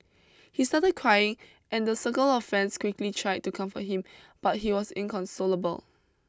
he started crying and a circle of friends quickly tried to comfort him but he was inconsolable